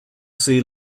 see